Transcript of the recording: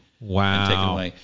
Wow